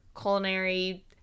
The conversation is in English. culinary